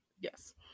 Yes